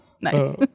Nice